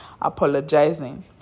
apologizing